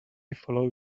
follow